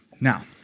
Now